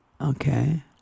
Okay